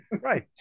Right